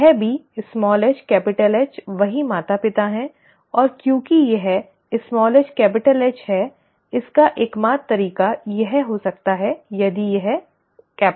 यह भी hH वही माता पिता है और क्योंकि यह hH है इसका एकमात्र तरीका यह हो सकता है यदि यह Hh है